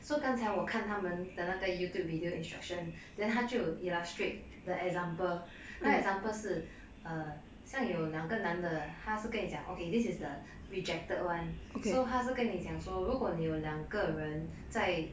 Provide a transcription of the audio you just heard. so 刚才我看他们的那个 youtube video instruction then 他就 illustrate the example like example 是像有两个男的还是跟你讲 okay this is the rejected [one] 都跟你讲说如果 new 两个人在